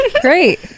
Great